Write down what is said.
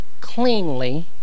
cleanly